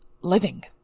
living